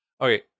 Okay